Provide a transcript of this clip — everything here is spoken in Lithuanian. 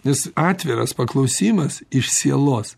nes atviras paklausimas iš sielos